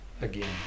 again